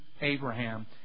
Abraham